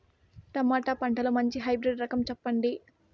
Tomato పంటలో మంచి hybrid రకం చెప్పండి?